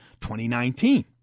2019